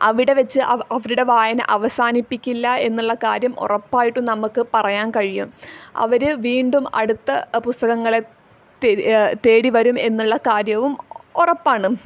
അവിടെ വച്ച് അവരുടെ വായന അവസാനിപ്പിക്കില്ല എന്നുള്ള കാര്യം ഉറപ്പായിട്ടും നമ്മൾക്ക് പറയാൻ കഴിയും അവർ വീണ്ടും അടുത്ത പുസ്തകങ്ങളെ തേടി വരും എന്നുള്ള കാര്യവും ഉറപ്പാണ്